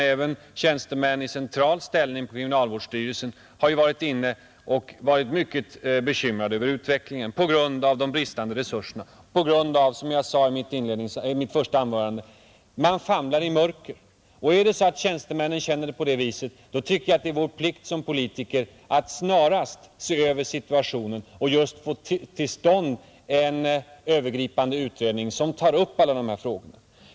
Även tjänstemän i central ställning på kriminalvårdsstyrelsen har ju varit mycket bekymrade över utvecklingen på grund av de bristande resurserna och på grund av att man, som jag sade i mitt första anförande, famlar i mörker. Om tjänstemännen känner det så, tycker jag att det är vår plikt som politiker att snarast se över situationen och få till stånd en övergripande utredning som tar upp alla dessa frågor.